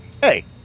Hey